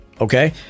Okay